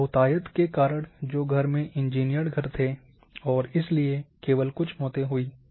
बहुतायत के कारण जो घर में इंजीनियर्ड के घर थे और इसलिए केवल कुछ मौतें हुई थीं